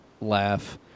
laugh